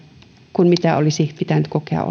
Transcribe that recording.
kuin mitä olisi pitänyt kokea